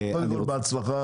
קודם כול בהצלחה בתפקיד.